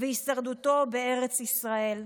והישרדותו בארץ ישראל,